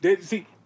See